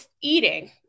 eating